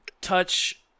touch